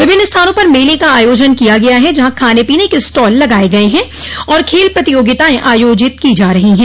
विभिन्न स्थानों पर मेले का आयोजन किया गया है जहां खाने पीने के स्टॉल लगाये गये हैं और खेल प्रतियोगिताएं आयोजित की जा रही हैं